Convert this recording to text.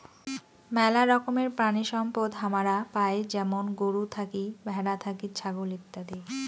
মেলা রকমের প্রাণিসম্পদ হামারা পাই যেমন গরু থাকি, ভ্যাড়া থাকি, ছাগল ইত্যাদি